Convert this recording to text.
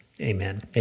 Amen